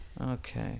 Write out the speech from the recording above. Okay